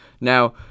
Now